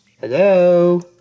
Hello